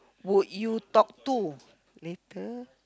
would you talk to later